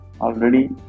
already